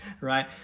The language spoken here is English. right